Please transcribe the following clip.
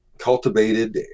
cultivated